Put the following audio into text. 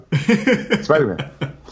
Spider-Man